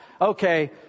okay